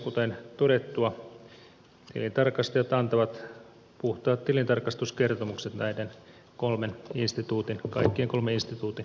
kuten todettua tilintarkastajat antavat puhtaat tilintarkastuskertomukset näiden kaikkien kolmen instituution osalta